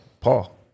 Paul